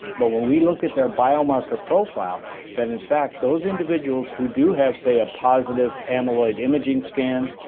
but when we look at their biomarker profile then in fact those individuals who do have say a positive amyloid imaging scan,